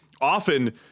often